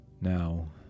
Now